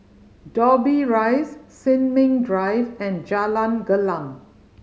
Dobbie Rise Sin Ming Drive and Jalan Gelam